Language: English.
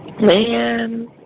man